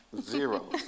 Zero